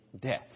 death